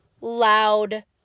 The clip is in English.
loud